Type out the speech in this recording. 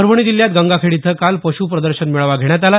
परभणी जिल्ह्यात गंगाखेड इथं काल पशु प्रदर्शन मेळावा घेण्यात आला